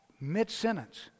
mid-sentence